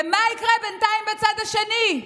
ומה יקרה בינתיים בצד השני,